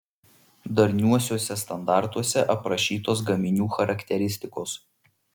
darniuosiuose standartuose aprašytos gaminių charakteristikos